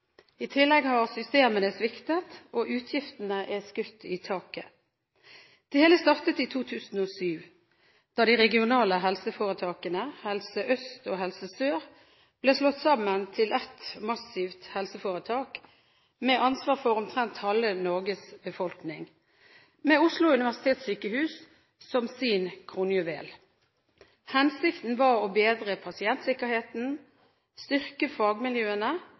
I tillegg har systemene sviktet, og utgiftene har skutt i været. Det hele startet i 2007, da de regionale helseforetakene Helse Øst og Helse Sør ble slått sammen til ett massivt helseforetak med ansvar for omtrent halve Norges befolkning, med Oslo universitetssykehus som sin kronjuvel. Hensikten var å bedre pasientsikkerheten, styrke fagmiljøene